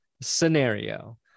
scenario